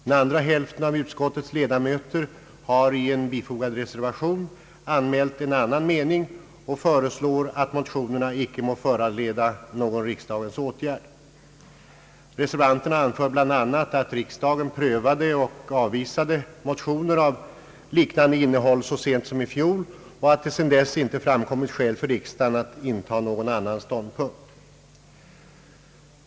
Den andra hälften av utskottets ledamöter har i en bifogad reservation anmält en annan mening och föreslår att motionerna icke må föranleda någon riksdagens åtgärd. Reservanterna anför bl.a. att riksdagen prövade och avvisade motioner av liknande innehåll så sent som i fjol, och att det sedan dess inte framkommit skäl för riksdagen att inta någon annan ståndpunkt.